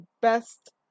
best